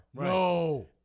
No